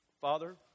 Father